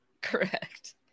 correct